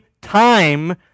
time